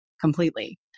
completely